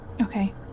Okay